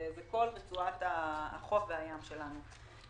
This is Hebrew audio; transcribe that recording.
זה כל רצועת החוף והים שלנו.